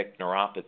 neuropathy